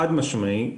חד משמעית,